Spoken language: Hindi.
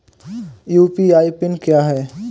यू.पी.आई पिन क्या है?